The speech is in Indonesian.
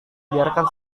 biarkan